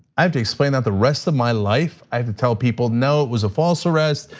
i have to explain that the rest of my life. i have to tell people no, it was a false arrest,